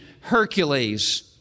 Hercules